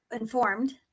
informed